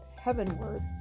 heavenward